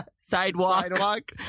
Sidewalk